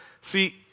See